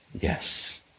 yes